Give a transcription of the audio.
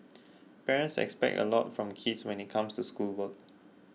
parents expect a lot from kids when it comes to schoolwork